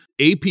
AP